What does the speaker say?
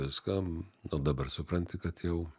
viskam o dabar supranti kad jau